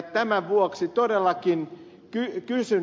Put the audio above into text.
tämän vuoksi todellakin kysyn